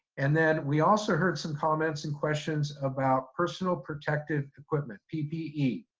and then, we also heard some comments and questions about personal protective equipment, ppe.